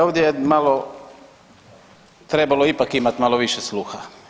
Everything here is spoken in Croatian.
Ovdje je malo, trebalo ipak imati malo više sluha.